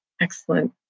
excellent